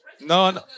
No